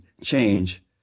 change